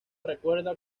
recuerda